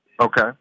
Okay